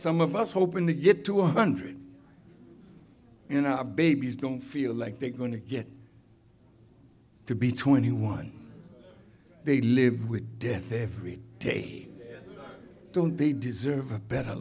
some of us hoping to get to one hundred you know our babies don't feel like they're going to get to be twenty one they live with death every day don't they deserve a better